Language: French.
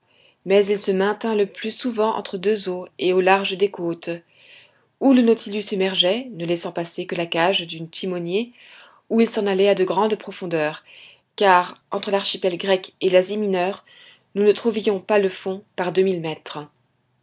mais il se maintint le plus souvent entre deux eaux et au large des côtes ou le nautilus émergeait ne laissant passer que la cage du timonier ou il s'en allait à de grandes profondeurs car entre l'archipel grec et l'asie mineure nous ne trouvions pas le fond par deux mille mètres